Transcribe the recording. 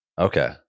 Okay